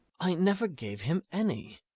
i never gave him any